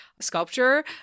sculpture